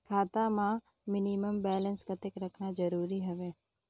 खाता मां minimum balance कतेक रखना जरूरी हवय?